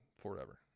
forever